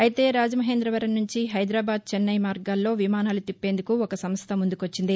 అయితే రాజమహేందవరం నుంచి హైదరాబాద్ చెన్నై మార్గాల్లో విమానాలు తిప్పేందుకు ఒక సంస్ట ముందుకొచ్చింది